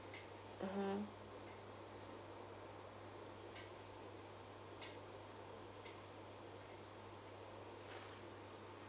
mmhmm